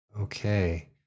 okay